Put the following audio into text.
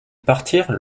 partirent